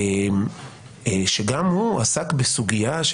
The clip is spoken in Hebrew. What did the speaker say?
שגם הוא עסק בסוגיה,